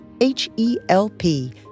H-E-L-P